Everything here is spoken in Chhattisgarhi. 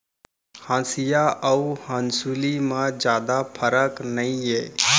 हँसिया अउ हँसुली म जादा फरक नइये